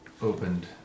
opened